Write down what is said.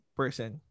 person